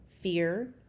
Fear